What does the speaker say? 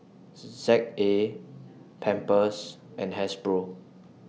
Z A Pampers and Hasbro